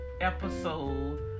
episode